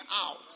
out